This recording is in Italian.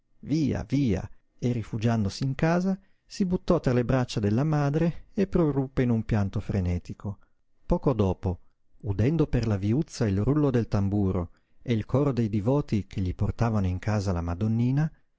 via via e rifugiandosi in casa si buttò tra le braccia della madre e proruppe in un pianto frenetico poco dopo udendo per la viuzza il rullo del tamburo e il coro dei divoti che gli portavano in casa la madonnina